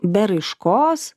be raiškos